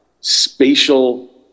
spatial